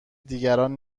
دیگران